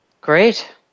Great